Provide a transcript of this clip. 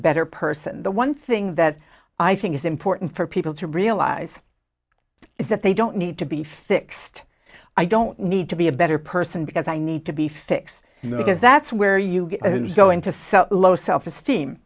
better person the one thing that i think is important for people to realize is that they don't need to be fixed i don't need to be a better person because i need to be fixed because that's where you go into so low self esteem